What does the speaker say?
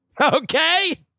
Okay